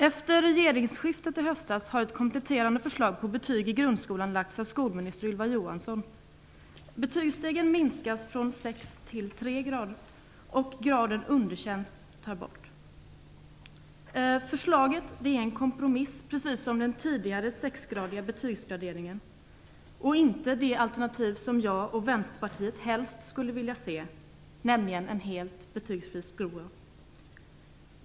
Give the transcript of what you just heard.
Efter regeringsskiftet i höstas har ett kompletterande förslag om betyg i grundskolan lagts fram av skolminister Ylva Johansson. Betygsstegen minskas från sex till tre och graden underkänt tas bort. Förslaget är en kompromiss, precis som den tidigare sexgradiga betygsskalan, och inte det alternativ som jag och Vänsterpartiet helst skulle vilja se, nämligen en helt betygsfri skola.